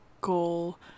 goal